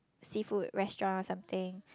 seafood restaurant or something